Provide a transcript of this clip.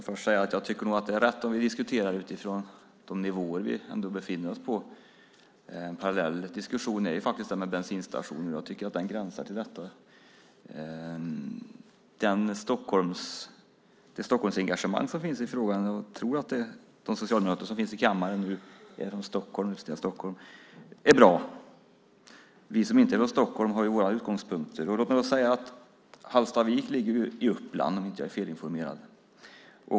Fru talman! Jag tycker nog att det är rätt att diskutera utifrån de nivåer vi ändå befinner oss på. En parallell diskussion är den om bensinstationen. Jag tycker att den gränsar till detta. Det Stockholmsengagemang som finns i frågan - jag tror att de socialdemokrater som just nu finns här i kammaren är från Stockholm och representerar Stockholm - är bra. Vi som inte är från Stockholm har våra utgångspunkter. Hallstavik ligger i Uppland om jag inte är felinformerad.